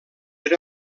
era